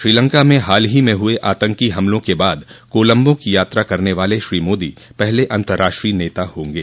श्रीलंका में हाल ही में हुए आतंकी हमलों के बाद कोलम्बो की यात्रा करने वाले श्री मोदी पहले अतराष्ट्रीय नेता होंगे